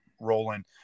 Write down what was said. rolling